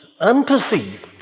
unperceived